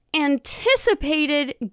anticipated